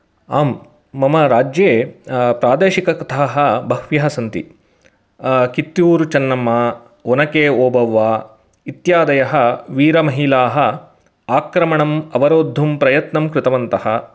आम् मम राज्ये प्रादेशिककथाः बह्व्यः सन्ति कित्तूरुचेन्नम्मा ओनके ओबव्वा इत्यादयः वीरमहिलाः आक्रमणम् अवरोद्धुं प्रयत्नं कृतवन्तः